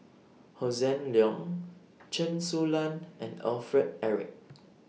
Hossan Leong Chen Su Lan and Alfred Eric